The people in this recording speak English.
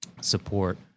support